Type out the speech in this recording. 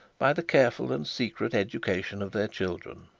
by the careful and secret education of their children.